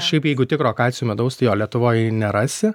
šiaip jeigu tikro akacijų medaus tai jo lietuvoj nerasi